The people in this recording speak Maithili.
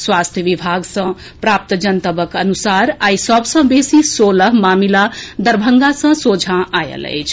स्वास्थ्य विभाग सँ प्राप्त जनतबक अनुसार आई सभ सँ बेसी सोलह मामिला दरभंगा सँ सोझा आएल अछि